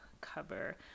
cover